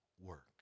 work